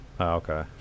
Okay